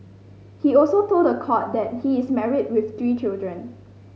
he also told the court that he is married with three children